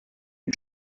une